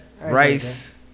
Rice